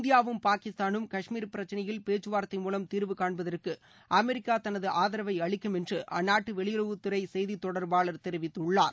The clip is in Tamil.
இந்தியாவும் பாகிஸ்தானம் காஷ்மீர் பிரச்சனையில் பேச்சுவார்த்தை மூலம் தீர்வுகாண்பதற்கு அமெரிக்கா தனது ஆதரவை அளிக்கும் என்று அந்நாட்டு வெளியுறவுத்துறை செய்தி தொடர்பாளர் மார்கன் ஒர்டகஸ் தெரிவித்குள்ளார்